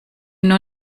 nur